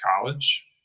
college